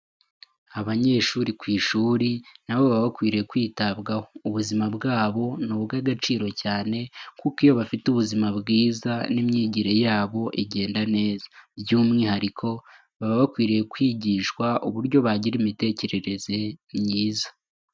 Abanyeshuri ku ishuri nabo baba bakwiriye kwitabwaho, ubuzima bwabo ni ubw'agaciro cyane kuko iyo bafite ubuzima bwiza n'imyigire yabo igenda neza. By'umwihariko baba bakwiriye kwigishwa uburyo bagira imitekerereze myiza.